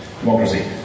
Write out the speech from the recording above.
democracy